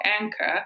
anchor